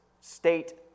state